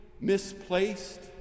misplaced